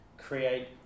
create